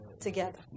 together